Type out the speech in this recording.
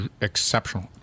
exceptional